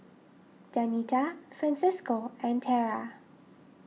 Danita Francesco and Tarah